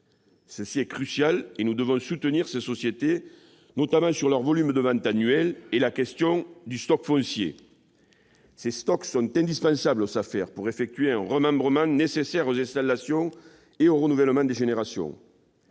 C'est crucial. Nous devons soutenir ces sociétés, notamment sur leur volume de ventes annuelles et sur la question du stock de foncier. Ces stocks leur sont indispensables pour effectuer un remembrement, qui est nécessaire aux installations et au renouvellement des générations.